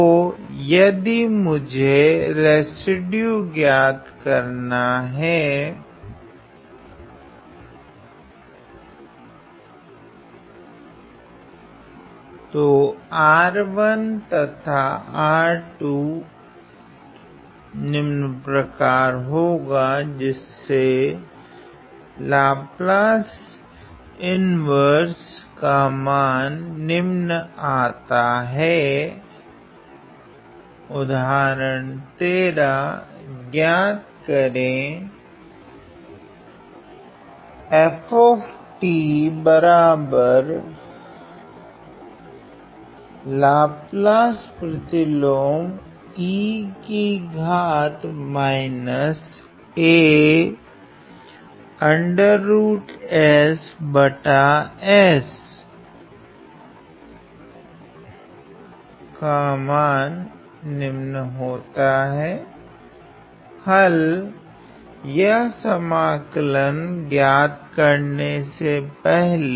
तो यदि मुझे रेसिड्यू ज्ञात करना है उदाहरण 13 ज्ञात करे हल यह समाकल ज्ञात करने से पहले